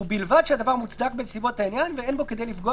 ובלבד שהדבר מוצדק בנסיבות העניין ואין בו כדי לפגוע